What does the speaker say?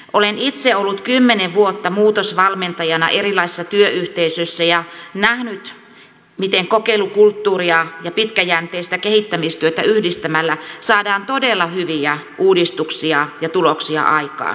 olen itse ollut kymmenen vuotta muutosvalmentajana erilaisissa työyhteisöissä ja nähnyt miten kokeilukulttuuria ja pitkäjänteistä kehittämistyötä yhdistämällä saadaan todella hyviä uudistuksia ja tuloksia aikaan